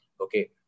okay